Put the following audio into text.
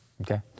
okay